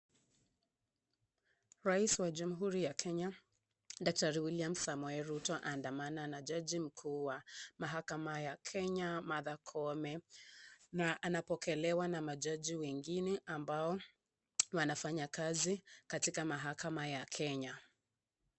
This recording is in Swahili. Rais wa jamhuri ya Kenya, Daktari William Samoei Ruto, aandamana na jaji mkuu wa mahakama ya Kenya, Martha Koome na anapokelewa na majaji wengine ambao wanafanya kazi katika mahakama ya Kenya.